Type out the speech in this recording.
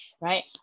right